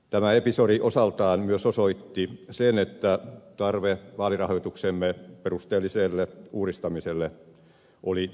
tämä episodi osaltaan myös osoitti sen että tarve vaalirahoituksemme perusteelliselle uudistamiselle oli ilmeinen